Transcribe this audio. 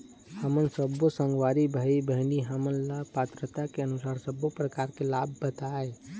हमन सब्बो संगवारी भाई बहिनी हमन ला पात्रता के अनुसार सब्बो प्रकार के लाभ बताए?